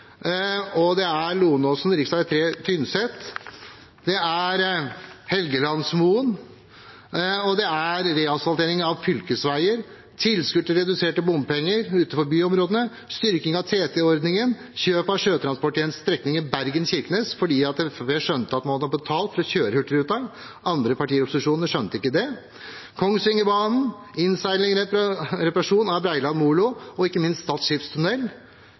reduserte bompenger utenfor byområdene, styrking av TT-ordningen, kjøp av sjøtransporttjenester strekningen Bergen–Kirkenes – fordi Fremskrittspartiet skjønte at man må ta betalt for å kjøre Hurtigruten; andre partier i opposisjonen skjønte ikke det – Kongsvingerbanen, innseiling og reparasjon av Breiland molo, og ikke minst